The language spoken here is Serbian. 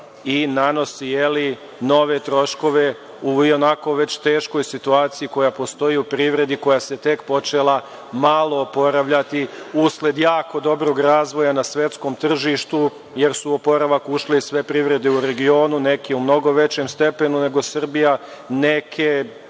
i nanosi nove troškove u i onako već teškoj situaciji koja postoji u privredi koja se tek počela malo oporavljati usled jako dobrog razvoja na svetskom tržištu, jer su u oporavak ušle sve privrede u regionu, neke u mnogo većem stepenu nego Srbija, neke